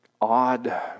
odd